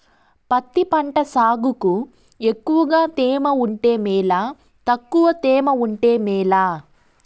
పత్తి పంట సాగుకు ఎక్కువగా తేమ ఉంటే మేలా తక్కువ తేమ ఉంటే మేలా?